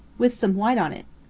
with some white on it.